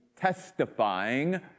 testifying